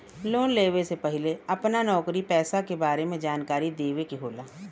Loan लेवे से पहिले अपना नौकरी पेसा के बारे मे जानकारी देवे के होला?